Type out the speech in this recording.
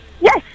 Yes